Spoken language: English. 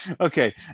okay